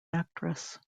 actress